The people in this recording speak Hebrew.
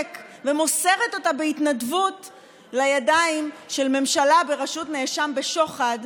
ומוסרת אותה בהתנדבות לידיים של ממשלה בראשות נאשם בשוחד,